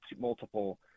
multiple